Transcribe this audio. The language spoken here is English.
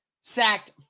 Sacked